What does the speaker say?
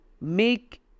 make